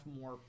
more